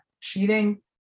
cheating